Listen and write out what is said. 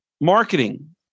marketing